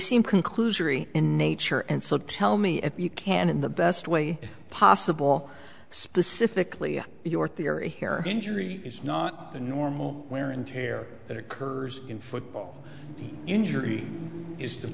seem conclusory in nature and so tell me if you can in the best way possible specifically your theory here injury is not the normal wear and tear that occurs in football injury is the